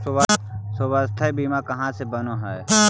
स्वास्थ्य बीमा कहा से बना है?